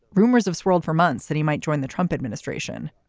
rumors have swirled for months that he might join the trump administration.